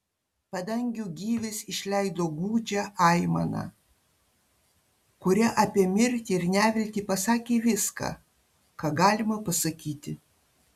padangių gyvis išleido gūdžią aimaną kuria apie mirtį ir neviltį pasakė viską ką galima pasakyti